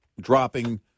dropping